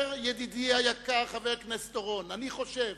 ידידי היקר חבר הכנסת אורון, אני חושב